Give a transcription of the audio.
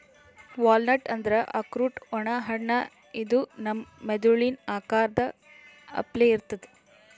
walnut ಅಂದ್ರ ಆಕ್ರೋಟ್ ಒಣ ಹಣ್ಣ ಇದು ನಮ್ ಮೆದಳಿನ್ ಆಕಾರದ್ ಅಪ್ಲೆ ಇರ್ತದ್